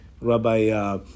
Rabbi